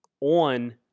on